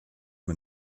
man